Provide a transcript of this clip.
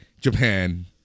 Japan